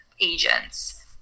agents